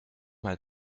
mal